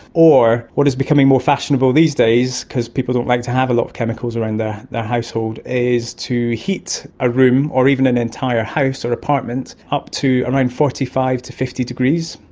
or what is becoming more fashionable these, days because people don't like to have a lot of chemicals around their their household, is to heat a room or even an entire house or apartment up to around forty five to fifty degrees,